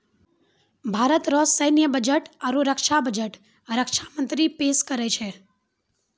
भारत रो सैन्य बजट आरू रक्षा बजट रक्षा मंत्री पेस करै छै